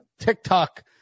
TikTok